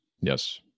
yes